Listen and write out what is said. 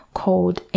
called